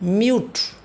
mute